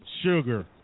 sugar